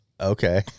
Okay